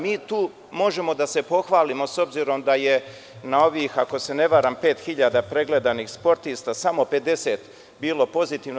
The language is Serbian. Mi tu možemo da se pohvalimo, s obzirom da je na ovih, ako se ne varam, 5.000 pregledanih sportista, samo 50 bilo pozitivno.